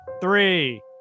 Three